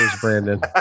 Brandon